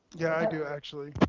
yeah, i do actually.